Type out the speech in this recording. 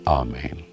amen